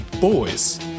boys